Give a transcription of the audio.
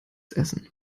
essen